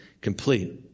complete